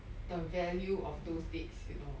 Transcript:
the value of those dates you know